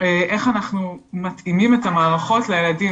איך אנחנו מתאימים את המערכות לילדים